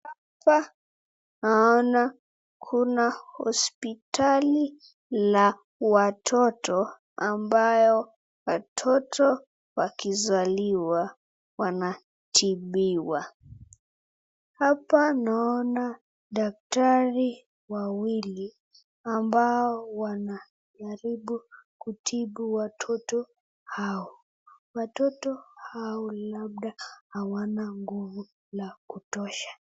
Hapa naona kuna hospitali la watoto ambayo watoto wakizaliwa wanaitibiwa. Hapa naona daktari wawili ambao wanajaribu kutibu watoto hao, Watoto hao labda hawana nguvu la kutosha.